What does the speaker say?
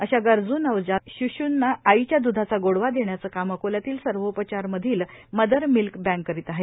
अशा गरजू नवजात शिशूना आईच्या द्धाचा गोडवा देण्याचं काम अकोल्यातील सर्वोपचार मधील मदर मिल्क बँक करीत आहे